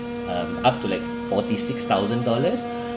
um up to like forty six thousand dollars